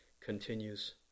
continues